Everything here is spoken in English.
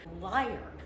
Liar